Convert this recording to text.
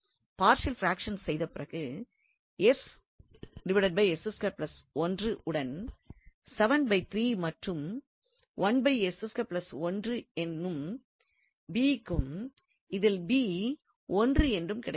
partial fraction செய்த பிறகு உடன் னும் என்று க்கும் அதில் 1 என்றும் கிடைக்கின்றது